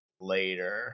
later